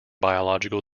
biological